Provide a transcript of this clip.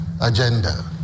agenda